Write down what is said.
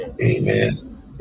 amen